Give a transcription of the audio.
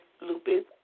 Lupus